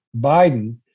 Biden